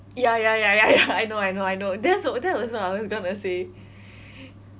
ya ya ya ya ya I know I know I know that was that was what I was gonna say